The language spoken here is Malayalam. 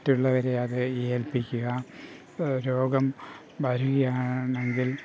മറ്റുള്ളവരെ അത് ഏൽപ്പിക്കുക രോഗം വരികയാണെങ്കിൽ